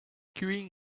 queuing